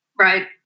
right